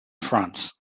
france